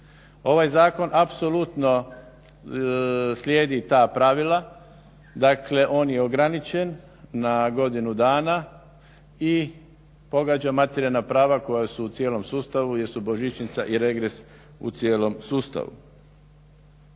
Ovaj zakon apsolutno slijedi ta pravila, dakle on je ograničen na godinu dana i pogađa materijalna prava koja su u cijelom sustavu jer su božićnica i regres u cijelom sustavu.